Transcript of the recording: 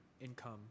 income